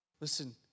Listen